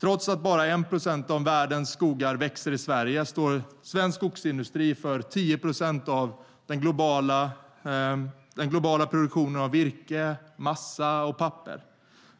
Trots att bara 1 procent av världens skogar växer i Sverige står svensk skogsindustri för 10 procent av den globala produktionen av virke, massa och papper.